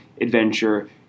adventure